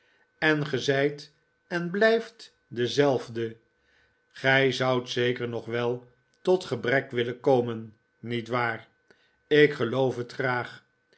en ge zijt chuffey en zijn meester en blijft dezelfde gij zoudt zeker nog wel tot gebrek willen komen niet waar ik geloof het graag